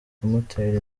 kumutera